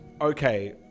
Okay